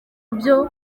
byo